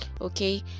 Okay